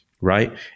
right